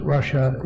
Russia